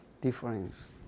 difference